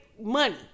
money